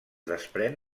desprèn